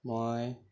মই